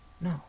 No